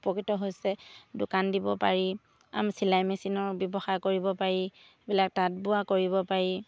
উপকৃত হৈছে দোকান দিব পাৰি চিলাই মেচিনৰ ব্যৱসায় কৰিব পাৰি এইবিলাক তাঁত বোৱা কৰিব পাৰি